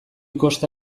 kosta